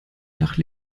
nach